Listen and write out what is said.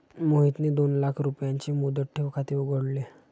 मोहितने दोन लाख रुपयांचे मुदत ठेव खाते उघडले